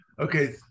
okay